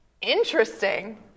Interesting